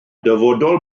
dyfodol